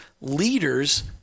leaders